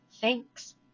thanks